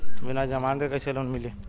बिना जमानत क कइसे लोन मिली?